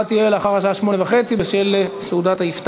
ההצבעה תהיה לאחר השעה 20:30 בשל סעודת האפטאר.